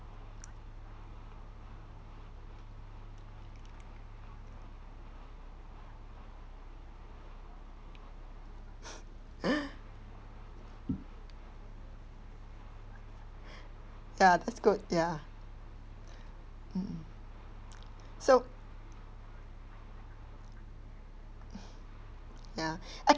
ya that's good ya mm so ya